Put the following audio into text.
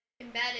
Embedded